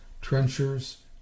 trenchers